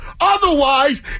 Otherwise